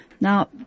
Now